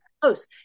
close